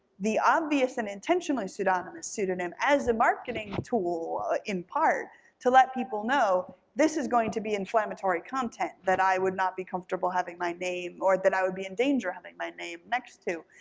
the obvious and intentional pseudonymous pseudonym as a marketing tool in part to let people know, this is going to be inflammatory content that i would not be comfortable having my name, or that i would be in danger having my name next to,